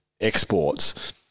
exports